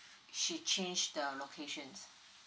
she change the locations